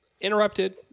interrupted